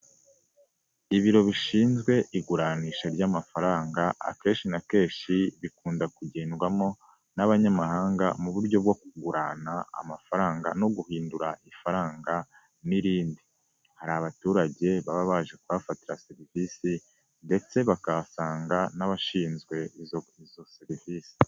Ibiro bishinzwe iguranisha ry'amafaranga akenshi na kenshi bikunda kugendwamo n'abanyamahanga, mu buryo bwo ku kugurana amafaranga no guhindura ifaranga n'irindi, hari abaturage baba baje kuhafatira serivisi ndetse bakanasanga n'abashinzwe izo serivisi.